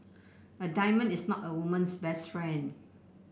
a diamond is not a woman's best friend